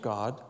God